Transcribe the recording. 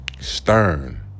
stern